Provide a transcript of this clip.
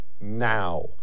now